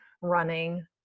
running